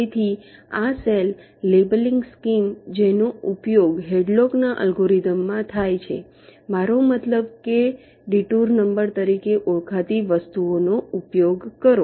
તેથી આ cell labelling scheme જેનો ઉપયોગ હેડલોકના અલ્ગોરિધમHadlock's algorithm માં થાય છે મારો મતલબ છે કે ડિટૂર નંબર તરીકે ઓળખાતી વસ્તુનો ઉપયોગ કરો